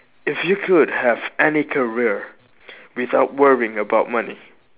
if you could have any career without worrying about money